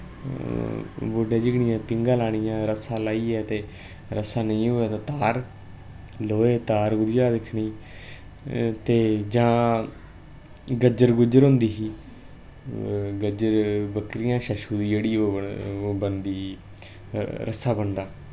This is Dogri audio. बूह्टे झिगड़ियां पींगा लानियां रस्सा लाईयै ते रस्सा नेईं होऐ तां तार लोहे तार कुदियां दिखनी ते जां गजर गुजर होंदी ही गजर बकरियां छछु दी जेह्ड़ी ओह् बनदी ही रस्सा बनदा